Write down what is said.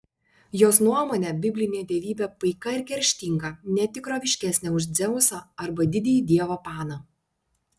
jos nuomone biblinė dievybė paika ir kerštinga ne tikroviškesnė už dzeusą arba didįjį dievą paną